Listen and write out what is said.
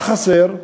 מה חסר?